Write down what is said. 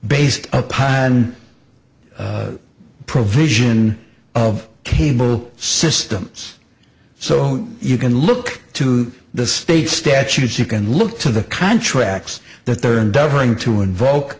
based upon provision of cable systems so you can look to the state statutes you can look to the contracts that they are endeavoring to invoke